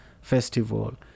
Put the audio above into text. festival